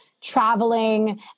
traveling